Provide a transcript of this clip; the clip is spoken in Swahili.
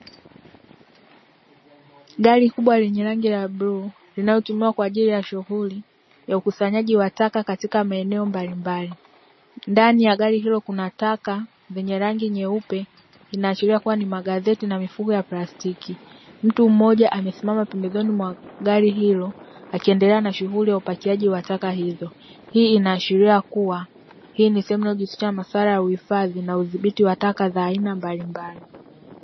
Gari kubwa lenye rangi ya bluu, linalotumiwa kwa ajili ya shughuli ya ukusanyaji wa taka katika maeneo mbalimbali, ndani ya gari hilo kuna taka zenye rangi nyeupe, zinaashiria kuwa ni magazeti na mifuko ya plastiki, mtu mmoja amesimama pembezoni mwa gari hilo akiendelea na shughuli ya upakiaji wa taka hizo, hii inaashiria kuwa hii ni sehemu inayojihusisha na masuala ya uhifadhi na udhibiti wa taka za aina mbalimbali.